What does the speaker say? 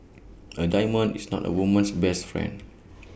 A diamond is not A woman's best friend